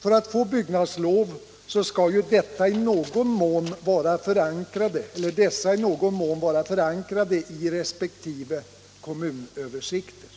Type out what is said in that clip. För att man skall få byggnadslov måste ju dessa i någon mån vara förankrade i resp. kommunöversikter.